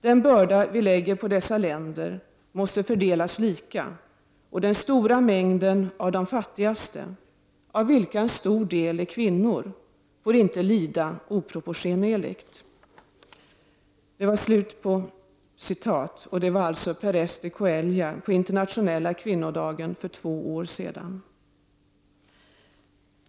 Den börda vi lägger på dessa länder måste fördelas lika och den stora mängden av de fattigaste av vilka en stor del är kvinnor får inte lida oproportionerligt.” Det var Perez de Cuellar på internationella kvinnodagen för två år sedan.